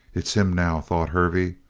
it's him now, thought hervey,